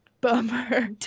bummer